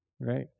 right